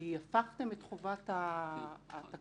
כי הפכתם את חובת התקנות.